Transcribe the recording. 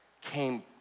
came